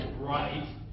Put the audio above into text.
Right